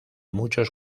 muchos